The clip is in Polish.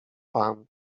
pan